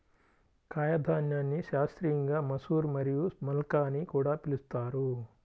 కాయధాన్యాన్ని శాస్త్రీయంగా మసూర్ మరియు మల్కా అని కూడా పిలుస్తారు